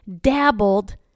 dabbled